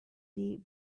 deep